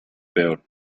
peor